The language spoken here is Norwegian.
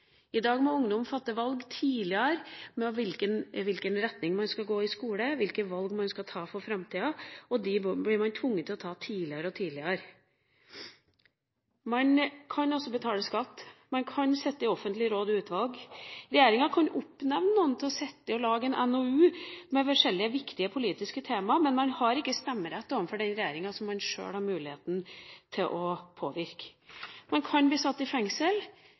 I dag må ungdom fatte valg tidligere med hensyn til hvilken retning de skal gå i skolen, hvilke valg de skal ta for framtida, og de valgene blir de tvunget til å ta tidligere og tidligere. Man kan altså betale skatt, man kan sitte i offentlige råd og utvalg. Regjeringa kan oppnevne noen til å sitte og lage en NOU om forskjellige viktige politiske tema, men man har ikke stemmerett overfor den regjeringa som man sjøl har muligheten til å påvirke. Man kan bli satt i fengsel,